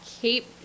keep